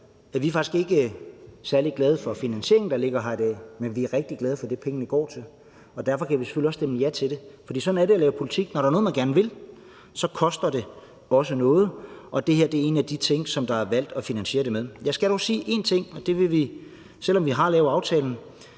er vi faktisk ikke særlig glade for finansieringen, der ligger her i dag, men vi er rigtig glade for det, pengene går til, og derfor kan vi selvfølgelig også stemme ja til det, for sådan er det at lave politik: Når der er noget, man gerne vil, så koster det også noget, og det her er en af de ting, som er blevet valgt til at finansiere det med. Jeg skal dog sige én ting. Selv om vi har lavet aftalen,